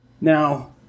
Now